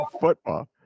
football